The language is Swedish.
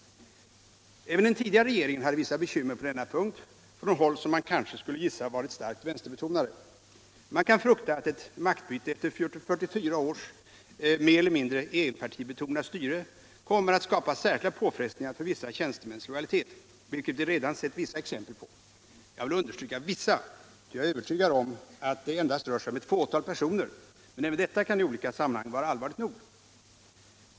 Även den tidigare regeringen hade vissa bekymmer på denna punkt från håll som man kanske skulle kunna gissa varit starkt vänsterbetonade. Man kan frukta att ett maktbyte efter 44 års mer eller mindre enpartibetonat styre kommer att skapa särskilda påfrestningar för vissa tjänstemäns lojalitet, vilket vi redan sett vissa exempel på; jag vill understryka ordet vissa, ty jag är övertygad om att det endast rör sig om ett fåtal personer, men även detta kan i olika sammanhang vara allvarligt nog.